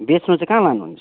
बेच्नु चाहिँ कहाँ लानुहुन्छ